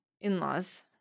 in-laws